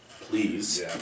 please